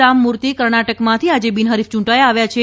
રામમૂર્તિ કર્ણાટકમાંથી આજે બિનહરીફ યૂંટાઇ આવ્યા છે